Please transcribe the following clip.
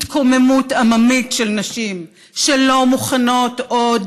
התקוממות עממית של נשים שלא מוכנות עוד